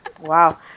Wow